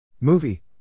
Movie